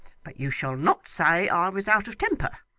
but you shall not say i was out of temper.